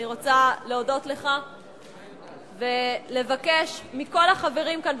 אני רוצה להודות לך ולבקש מכל החברים כאן,